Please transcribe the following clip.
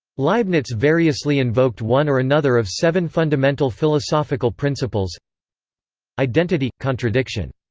leibniz variously invoked one or another of seven fundamental philosophical principles identity contradiction.